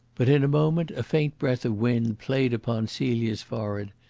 but in a moment a faint breath of wind played upon celia's forehead,